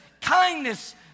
kindness